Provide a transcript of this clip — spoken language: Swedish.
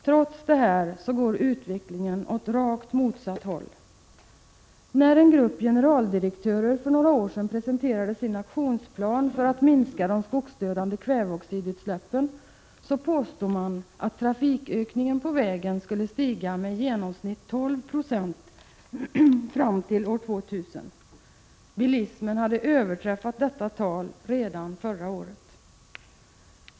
Trots detta går utvecklingen åt rakt motsatt håll: När en grupp generaldirektörer för några år sedan presenterade sin aktionsplan för att bl.a. minska de skogsdödande kväveoxidutsläppen påstod man att trafikökningen på vägen skulle vara i genomsnitt 12 96 fram till år 2000. Bilismen har överträffat detta tal redan förra året!